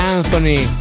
Anthony